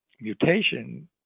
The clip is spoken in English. mutation